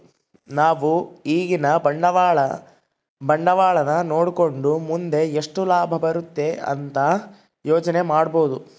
ನಾವು ಈಗಿನ ಬಂಡವಾಳನ ನೋಡಕಂಡು ಮುಂದೆ ಎಷ್ಟು ಲಾಭ ಬರುತೆ ಅಂತ ಯೋಚನೆ ಮಾಡಬೋದು